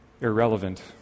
irrelevant